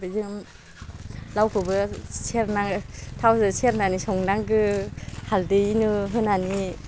बेजों लावखौबो सेरना थावजों सेरनानै संनांगो हालदैनो होनानि